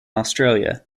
australia